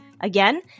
Again